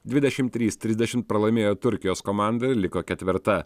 dvidešim trys trisdešim pralaimėjo turkijos komandai ir liko ketvirta